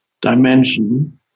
dimension